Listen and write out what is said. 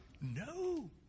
No